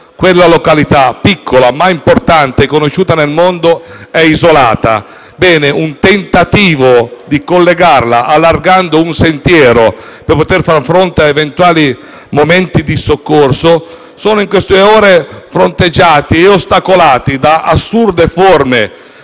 quella località, piccola ma importante e conosciuta nel mondo, è isolata. Bene, un tentativo di collegarla allargando un sentiero per poter far fronte ad eventuali necessità di soccorso, è in queste ore fronteggiato e ostacolato da assurde forme